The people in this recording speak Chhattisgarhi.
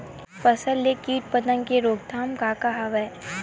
फसल के कीट पतंग के रोकथाम का का हवय?